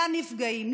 לנפגעים,